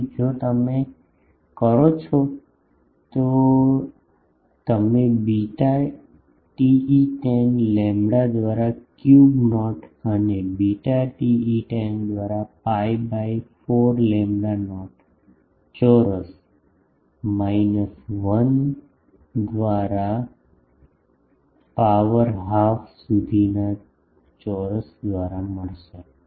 તેથી જો તમે કરો છો કે તમે બીટા TE10 લેમ્બડા દ્વારા ક્યુબ નોટ અને બીટા TE10 દ્વારા પાઇ બાય 4 લેમ્બડા નોટ ચોરસ માઇનસ 1 દ્વારા પાવર અડધા સુધીના ચોરસ દ્વારા મળશે